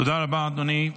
תודה רבה, אדוני.